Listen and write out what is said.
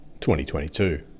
2022